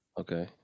Okay